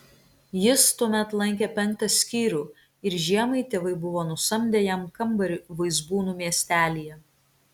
jis tuomet lankė penktą skyrių ir žiemai tėvai buvo nusamdę jam kambarį vaizbūnų miestelyje